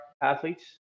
athletes